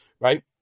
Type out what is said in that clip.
Right